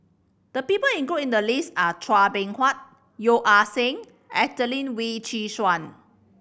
the people included in the list are Chua Beng Huat Yeo Ah Seng Adelene Wee Chin Suan